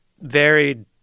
varied